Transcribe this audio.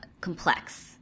complex